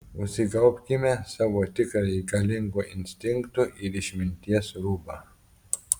užsigaubkime savo tikrąjį galingų instinktų ir išminties rūbą